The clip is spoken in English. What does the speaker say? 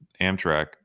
amtrak